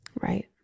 Right